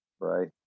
right